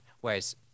whereas